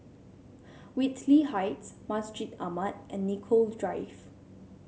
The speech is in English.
Whitley Heights Masjid Ahmad and Nicoll Drive